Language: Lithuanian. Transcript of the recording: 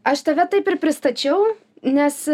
aš tave taip ir pristačiau nes